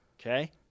Okay